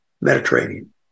Mediterranean